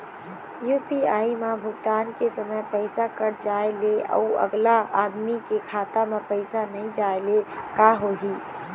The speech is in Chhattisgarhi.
यू.पी.आई म भुगतान के समय पैसा कट जाय ले, अउ अगला आदमी के खाता म पैसा नई जाय ले का होही?